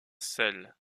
seul